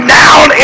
down